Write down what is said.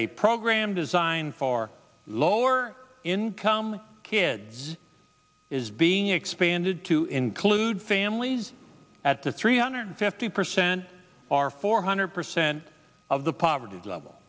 a program designed for lower income kids is being expanded to include families at the three hundred fifty percent or four hundred percent of the poverty level